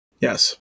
Yes